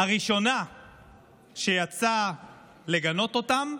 הראשונה שיצאה לגנות אותם,